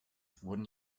wurden